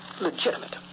legitimate